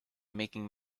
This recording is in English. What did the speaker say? making